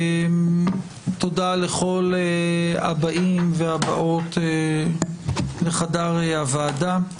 תודה לכל הבאים והבאות לחדר הוועדה.